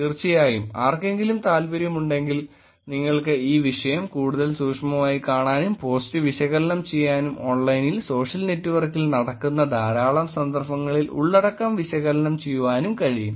തീർച്ചയായും ആർക്കെങ്കിലും താൽപ്പര്യമുണ്ടെങ്കിൽ നിങ്ങൾക്ക് ഈ വിഷയം കൂടുതൽ സൂക്ഷ്മമായി കാണാനും പോസ്റ്റ് വിശകലനം ചെയ്യാനും ഓൺലൈനിൽ സോഷ്യൽ നെറ്റ്വർക്കിൽ നടക്കുന്ന ധാരാളം സന്ദർഭങ്ങളിൽ ഉള്ളടക്കം വിശകലനം ചെയ്യാനും കഴിയും